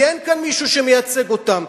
כי אין כאן מישהו שמייצג אותם.